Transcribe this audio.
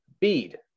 bead